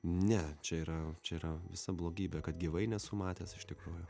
ne čia yra čia yra visa blogybė kad gyvai nesu matęs iš tikrųjų